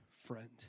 friend